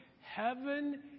heaven